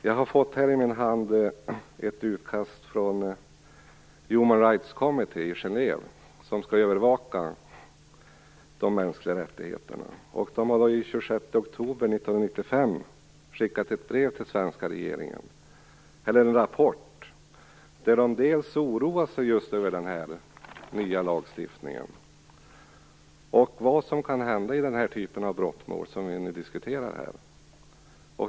Jag har i min hand ett utkast från Human Rights Commission i Genève, som skall övervaka att de mänskliga rättigheterna följs. Den 26 oktober 1995 skickade de en rapport till svenska regeringen. De oroar sig över den nya lagstiftningen och vad som kan hända i den typ av brottmål som vi nu diskuterar.